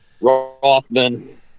Rothman